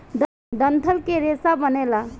डंठल के रेसा बनेला